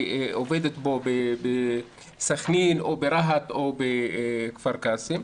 עובדת בו בסכנין או ברהט או בכפר קאסם.